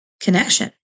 connection